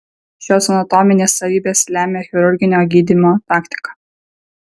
šios anatominės savybės lemia chirurginio gydymo taktiką